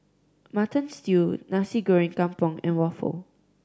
Mutton Stew Nasi Goreng Kampung and waffle